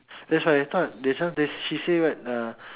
that's why I thought that's she said what